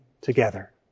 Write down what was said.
together